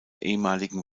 ehemaligen